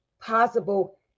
possible